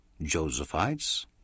Josephites